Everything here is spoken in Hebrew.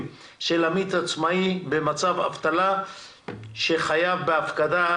של עמית עצמאי במצב אבטלה שחייב בהפקדה),